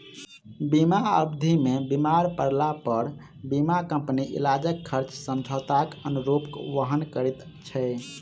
बीमा अवधि मे बीमार पड़लापर बीमा कम्पनी इलाजक खर्च समझौताक अनुरूप वहन करैत छै